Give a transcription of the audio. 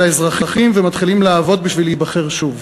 האזרחים ומתחילים לעבוד בשביל להיבחר שוב,